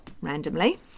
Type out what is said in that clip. randomly